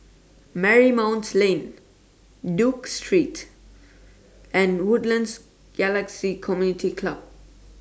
Marymount Lane Duke Street and Woodlands Galaxy Community Club